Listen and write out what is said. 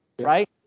Right